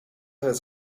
has